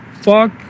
fuck